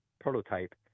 prototype